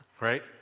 right